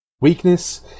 Weakness